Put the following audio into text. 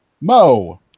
mo